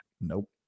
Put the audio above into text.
Nope